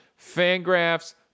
Fangraphs